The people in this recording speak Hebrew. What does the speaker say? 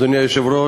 אדוני היושב-ראש,